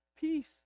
peace